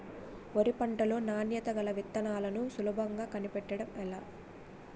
వరి పంట లో నాణ్యత గల విత్తనాలను సులభంగా కనిపెట్టడం ఎలా?